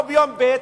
לא ביום ב',